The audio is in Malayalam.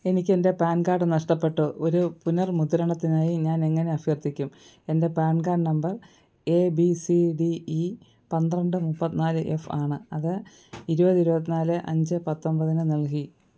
എനിക്കെൻ്റെ പാൻ കാർഡ് നഷ്ടപ്പെട്ടു ഒരു പുനർമുദ്രണത്തിനായി ഞാൻ എങ്ങനെ അഭ്യർത്ഥിക്കും എന്റെ പാൻ കാർഡ് നമ്പർ A B C D E പന്ത്രണ്ട് മുപ്പത്തിനാല് എഫ് ആണ് അത് ഇരുപത് ഇരുപത്തിനാല് അഞ്ച് പത്തൊമ്പതിന് നൽകി